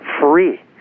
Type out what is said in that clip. free